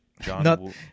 John